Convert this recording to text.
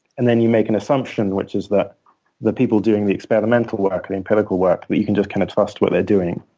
and then you make an assumption, which is that the people doing the experimental work, the empirical work, that you can just kind of trust what they're doing.